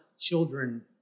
children